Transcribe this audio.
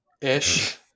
ish